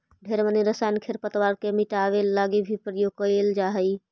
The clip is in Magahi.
ढेर मनी रसायन खरपतवार के मिटाबे लागी भी प्रयोग कएल जा हई